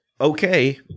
okay